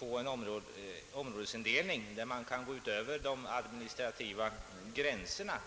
göra en områdesindelning vid vilken man kan gå utöver de administrativa gränserna.